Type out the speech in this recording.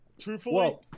truthfully